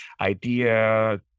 idea